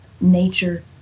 nature